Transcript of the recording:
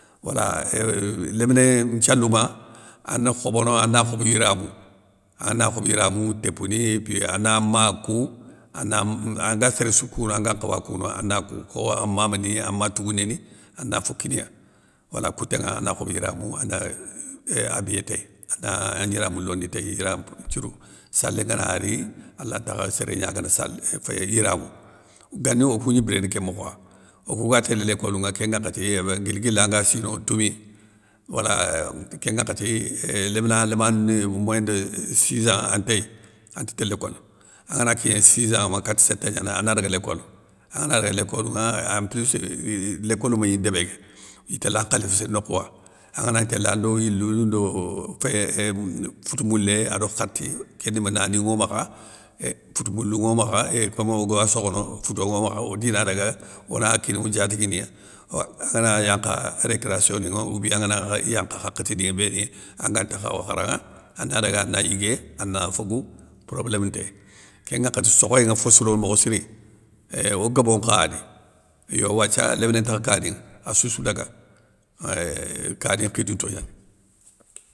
Wala éuuh léminé nthialouma, ana khobonowa ana khobo yiramou, angana khobo yiramou tépouni épi ana ma kou, ana me anga séré sou kou anga nkhawa kounou ana kou, kho an mamani an matougouné ni, ana fokiniya wala kouténŋa ana khobe yiramou ana éuuhhh habiyé téy, ana gniramou londi téy yiramp nthiourou, salé ngana ri, alantakha séré gnagana sale féyé yiramou. Gani okou gni biréné ké mokhowa, okou ga télé lécolou ŋa kén ŋakhati, ébein guil guili anga sino toumi éuuh wala nte kén ŋakhati, éeeh lémina lamane moyin de sizan, an téy, ante tél lécole, angana kigné sizan, ma kati séttan gnani ana daga lécole, angana daga lécole ŋa en plus lécole mégni débé ké itéla nkhalifa sé nokhouwa, angana gni télé ando, yilou ndo féyé éuuh foute moulé ado khati kén ndima nani nŋo makha, éé foute moulou nŋo makha, é komeu oga sokhono, fouto nŋo makha odi na daga, ona kini o diatiguiye, owa angana yankha, récréation ninŋa oubien angana yankha hakhatini nŋa, béni anga nte khaw kharan ŋa, ana daga ana yigué ana fogou, problém ntéy, kén ŋakhati sokhoyé nŋa fo sirono mokho siri, ééh o gobon nkha ani, yo wathia léminé ntakha kaninŋa, assoussou daga, wééé kani nkhidinto gnani.